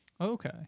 Okay